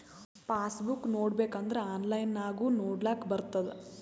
pass book ನೋಡ್ಬೇಕ್ ಅಂದುರ್ online ನಾಗು ನೊಡ್ಲಾಕ್ ಬರ್ತುದ್